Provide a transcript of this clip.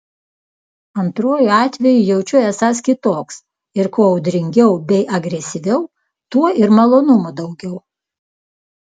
antruoju atveju jaučiu esąs kitoks ir kuo audringiau bei agresyviau tuo ir malonumo daugiau